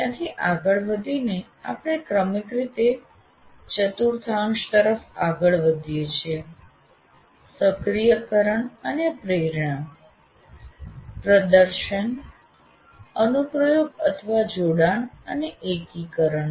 ત્યાંથી આગળ વધીને આપણે ક્રમિક રીતે ચતુર્થાંશ તરફ આગળ વધીએ છીએ સક્રિયકરણ અને પ્રેરણા પ્રદર્શન અનુપ્રયોગ જોડાણ અને એકીકરણ